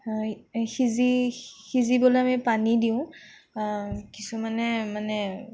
সিজি সিজিবলৈ আমি পানী দিওঁ কিছুমানে মানে